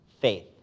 faith